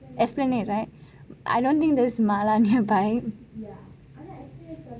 esplanade right I don't think there is mala nearby